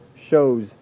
shows